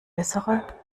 bessere